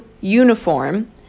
uniform